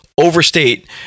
Overstate